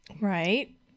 Right